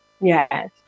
yes